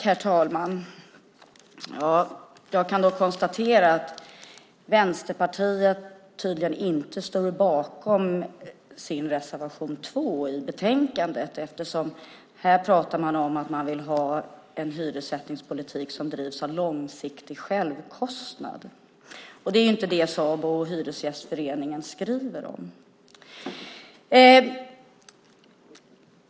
Herr talman! Jag kan konstatera att Vänsterpartiet tydligen inte står bakom sin reservation 2 i betänkandet. Här pratar man om att man vill ha en hyressättningspolitik som drivs av långsiktig självkostnad. Det är ju inte det som Sabo och Hyresgästföreningen skriver om.